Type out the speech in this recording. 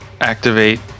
activate